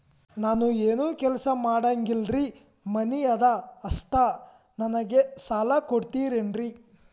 ನಾನು ಏನು ಕೆಲಸ ಮಾಡಂಗಿಲ್ರಿ ಮನಿ ಅದ ಅಷ್ಟ ನನಗೆ ಸಾಲ ಕೊಡ್ತಿರೇನ್ರಿ?